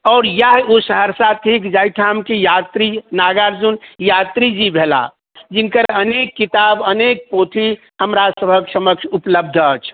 आओर इएह ओ सहरसा थीक जाहिठाम कि यात्री नागार्जुन यात्री जी भेला जिनकर अनेक किताब अनेक पोथी हमरा सभकऽ समक्ष उपलब्ध अछि